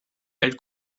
elle